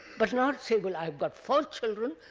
but not say, well, i have got four children,